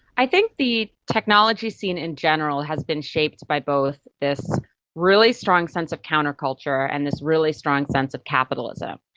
i think the technology scene in general has been shaped by both this really strong sense of counterculture and this really strong sense of capitalism.